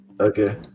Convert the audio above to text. Okay